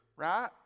right